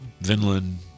Vinland